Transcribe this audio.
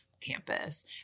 campus